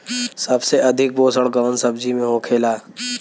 सबसे अधिक पोषण कवन सब्जी में होखेला?